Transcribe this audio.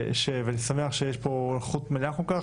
שיש פה היום ואני שמח שיש פה נוכחות מלאה כל כך